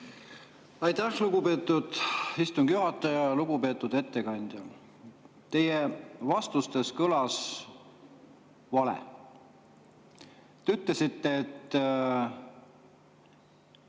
Aitäh, lugupeetud istungi juhataja! Lugupeetud ettekandja! Teie vastustest kõlas vale. Te ütlesite, et